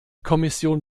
kommission